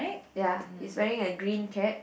ya he's wearing a green cap